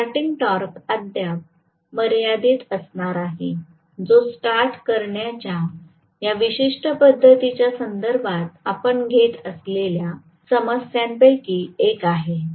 starting torque अद्याप मर्यादित असणार आहे जो स्टार्ट करण्याच्या या विशिष्ट पद्धतीच्या संदर्भात आपण घेत असलेल्या समस्यांपैकी एक आहे